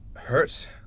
hurt